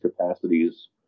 capacities